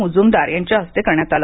मुजुमदार यांच्या हस्ते करण्यात आलं